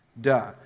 Duh